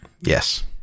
yes